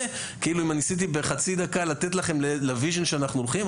זה כאילו אם ניסיתי בחצי דקה לתת לכם את הוויז'ן שאנחנו הולכים אליו.